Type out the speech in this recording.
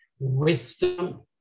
Wisdom